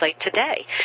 today